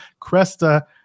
Cresta